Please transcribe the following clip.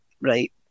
right